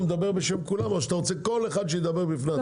שלום,